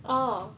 oh